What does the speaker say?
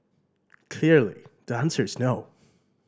clearly the answer is no